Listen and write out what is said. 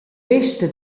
vesta